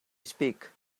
speak